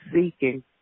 seeking